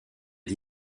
des